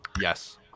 Yes